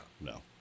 No